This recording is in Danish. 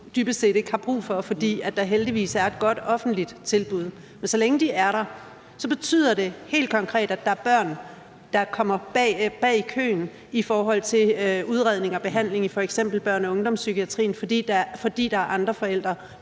dybest set ikke har brug for, fordi der heldigvis er et godt offentligt tilbud. Men så længe de er der, betyder det helt konkret, at der er børn, der kommer bag i køen i forhold til udredning og behandling i f.eks. børne- og ungdomspsykiatrien, fordi der er andre forældre,